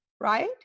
right